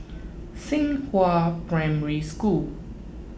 Xinghua Primary School